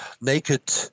naked